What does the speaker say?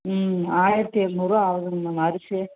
ம் ஆயிரத்து எழுநூறுரூவா ஆகுதுங்க மேம் அரிசி